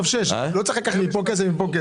לא צריך לקחת כסף מפה ומפה.